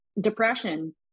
depression